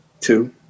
two